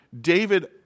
David